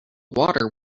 water